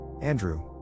Andrew